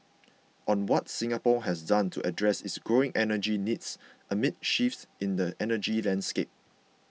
on what Singapore has done to address its growing energy needs amid shifts in the energy landscape